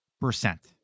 percent